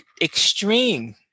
extreme